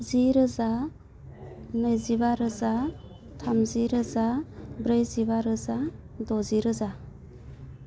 जि रोजा नैजिबा रोजा थामजि रोजा ब्रैजिबा रोजा द'जि रोजा